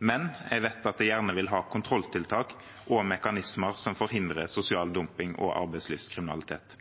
men jeg vet at de gjerne vil ha kontrolltiltak og mekanismer som forhindrer sosial dumping og arbeidslivskriminalitet.